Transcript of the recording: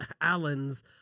Allen's